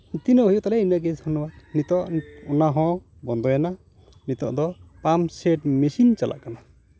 ᱛᱤᱱᱟᱹᱜ ᱦᱩᱭᱩᱜ ᱛᱟᱞᱮᱭᱟ ᱩᱱᱟᱹᱜ ᱜᱮ ᱱᱤᱛᱚᱜ ᱚᱱᱟ ᱦᱚᱸ ᱵᱚᱱᱫᱚᱭᱮᱱᱟ ᱱᱤᱛᱚᱜ ᱫᱚ ᱯᱟᱢ ᱥᱮᱹᱴ ᱢᱮᱹᱥᱤᱱ ᱪᱟᱞᱟᱜ ᱠᱟᱱᱟ